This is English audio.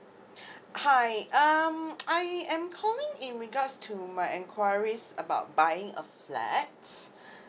hi um I am calling in regards to my enquiries about buying a flat